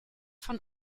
von